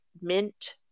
mint